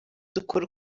dukora